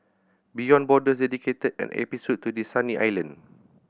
Beyond Borders dedicated an episode to this sunny island